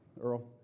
Earl